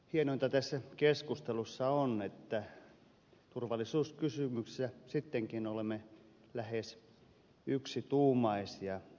hienointa tässä keskustelussa on että turvallisuuskysymyksissä sittenkin olemme lähes yksituumaisia